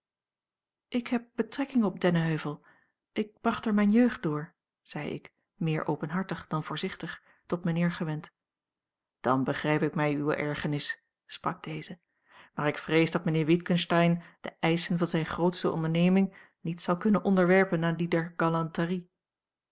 ik heb betrekking op dennenheuvel ik bracht er mijne jeugd door zei ik meer openhartig dan voorzichtig tot mijnheer gewend dan begrijp ik mij uwe ergernis sprak deze maar ik vrees dat mijnheer witgensteyn de eischen van zijne grootsche onderneming niet zal kunnen onderwerpen aan die der